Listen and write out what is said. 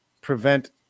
prevent